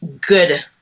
good